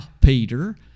Peter